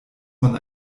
man